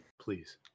Please